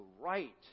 right